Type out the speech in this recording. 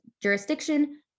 jurisdiction